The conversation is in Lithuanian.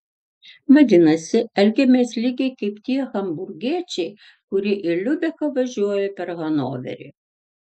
vadinasi elgiamės lygiai kaip tie hamburgiečiai kurie į liubeką važiuoja per hanoverį